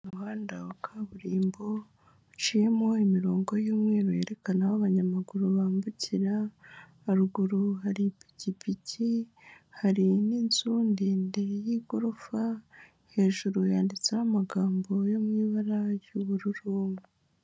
Umuhanda wa kaburimbo uciyemo imirongo y'umweru yerekana aho abanyamaguru bambukira, haruguru hari ipikipiki, hari n'inzu ndende y'igorofa, hejuru yanditseho amagambo yo mu ibara ry'ubururu.